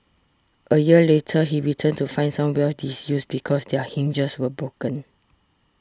a year later he returned to find some wells disused because their hinges were broken